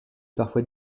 parfois